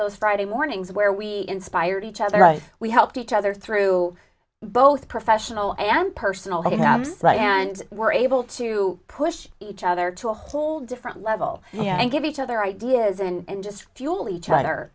those friday mornings where we inspired each other right we helped each other through both professional and personal the habs and were able to push each other to a whole different level and give each other ideas and just fuel each other